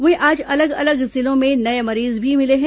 वहीं आज अलग अलग जिलों में नए मरीज भी मिले हैं